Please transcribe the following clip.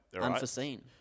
Unforeseen